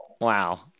Wow